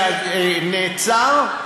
שנעצר,